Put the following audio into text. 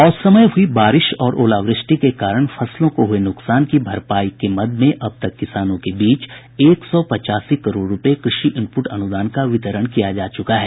असमय हुई बारिश और ओलावृष्टि के कारण फसलों को हुए नुकसान की भरपाई के मद में अब तक किसानों के बीच एक सौ पचासी करोड़ रुपये कृषि इनपुट अनुदान का वितरण किया जा चुका है